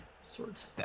sorts